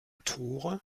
tore